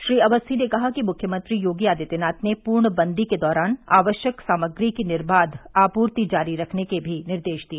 श्री अवस्थी ने कहा कि मुख्यमंत्री योगी आदित्यनाथ ने पूर्णबंदी के दौरान आवश्यक सामग्री की निर्बाध आपूर्ति जारी रखने के भी निर्देश दिए